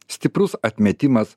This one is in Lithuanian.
stiprus atmetimas